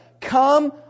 come